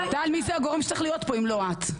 מי זה הגורם שצריך להיות פה אם לא את?